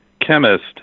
chemist